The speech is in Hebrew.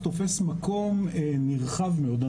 תופס מקום נרחב מאוד.